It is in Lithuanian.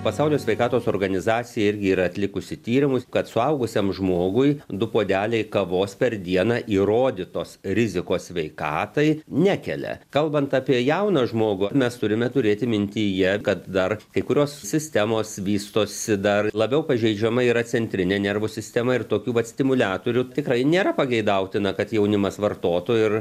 pasaulio sveikatos organizacija irgi yra atlikusi tyrimus kad suaugusiam žmogui du puodeliai kavos per dieną įrodytos rizikos sveikatai nekelia kalbant apie jauną žmogų mes turime turėti mintyje kad dar kai kurios sistemos vystosi dar labiau pažeidžiama yra centrinė nervų sistema ir tokių vat stimuliatorių tikrai nėra pageidautina kad jaunimas vartotų ir